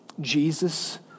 Jesus